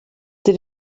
sie